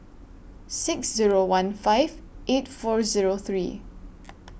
six Zero one five eight four Zero three